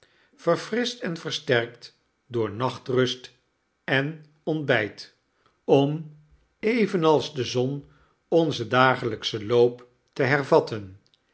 verfrischt en versterkt door nachtrust en ontbijt om evenals de zon onzen dagelijkschen loop te hervatten